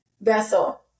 vessel